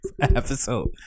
episode